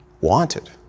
wanted